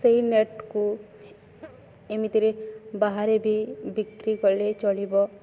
ସେଇ ନେଟ୍କୁ ଏମିତିରେ ବାହାରେ ବି ବିକ୍ରି କଲେ ଚଳିବ